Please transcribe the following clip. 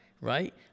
right